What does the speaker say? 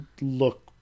look